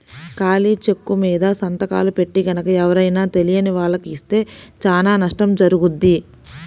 ఖాళీ చెక్కుమీద సంతకాలు పెట్టి గనక ఎవరైనా తెలియని వాళ్లకి ఇస్తే చానా నష్టం జరుగుద్ది